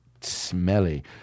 smelly